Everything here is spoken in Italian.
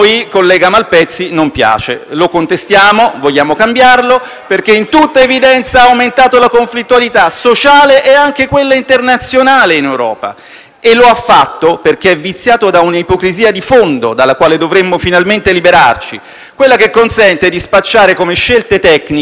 perché in tutta evidenza ha aumentato la conflittualità sociale e anche quella internazionale in Europa, e lo ha fatto perché viziato da un'ipocrisia di fondo, dalla quale dovremmo finalmente liberarci: quella che consente di spacciare come scelte tecniche quelle che in fondo sono decisioni politiche,